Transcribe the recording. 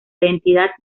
identidad